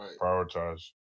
prioritize